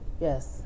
Yes